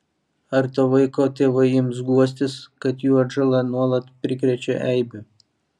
ar to vaiko tėvai ims guostis kad jų atžala nuolat prikrečia eibių